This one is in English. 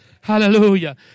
Hallelujah